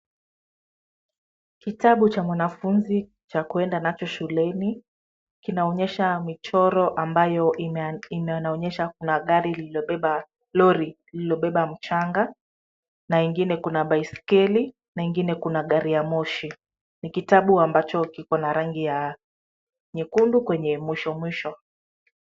Kitabu cha mwanafunzi cha kwenda nacho shuleni kinaonyesha michoro ambayo inaonyesha kuna gari lililobeba, lori lililobeba mchanga na ingine kuna baiskeli na ingine kuna gari ya moshi, ni kitabu ambacho kina rangi ya nyekundu kwenye mwisho mwisho.